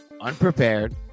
unprepared